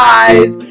eyes